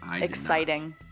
Exciting